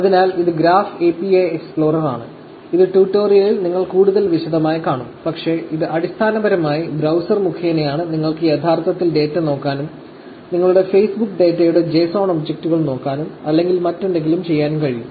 അതിനാൽ ഇത് graph API explorer ആണ് ഇത് ട്യൂട്ടോറിയലിൽ നിങ്ങൾ കൂടുതൽ വിശദമായി കാണും പക്ഷേ ഇത് അടിസ്ഥാനപരമായി ബ്രൌസർ മുഖേനയാണ് നിങ്ങൾക്ക് യഥാർത്ഥത്തിൽ ഡാറ്റ നോക്കാനും നിങ്ങളുടെ Facebook ഡാറ്റയുടെ JSON ഒബ്ജക്റ്റുകൾ നോക്കാനും അല്ലെങ്കിൽ മറ്റെന്തെങ്കിലും ചെയ്യാനും കഴിയും